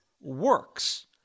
works